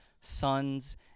sons